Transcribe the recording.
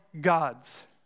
gods